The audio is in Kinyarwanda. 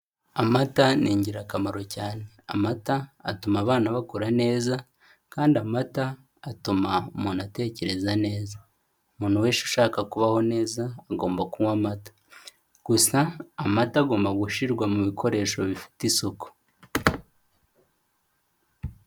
Amata ni ingirakamaro cyane, amata atuma abana bakura neza kandi amata atuma umuntu atekereza neza, umuntu wese ushaka kubaho neza agomba kunywa amata, gusa amata agomba gushyirwa mu bikoresho bifite isuku.